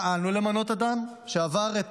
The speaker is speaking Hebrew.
פעלנו למנות אדם שעבר את